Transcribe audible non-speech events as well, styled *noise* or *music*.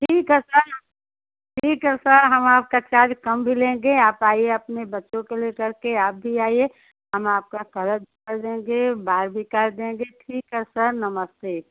ठीक है सर ठीक है सर हम आपका चार्ज कम भी लेंगे आप आइए आपने बच्चों को लेकर के आप भी आइए हम आपका कलर *unintelligible* कर देंगे बाल भी काट देंगे ठीक है सर नमस्ते